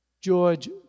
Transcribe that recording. George